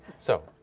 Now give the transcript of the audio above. so.